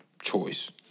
Choice